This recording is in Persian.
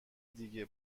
دیگه